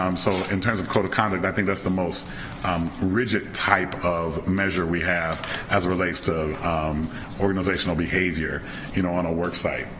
um so in terms of code of conduct i think that's the most um rigid type of measure we have as it relates to organizational behavior you know on a work site,